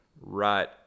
right